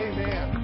Amen